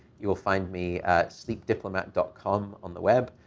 you will find me sleepdiplomat dot com on the web.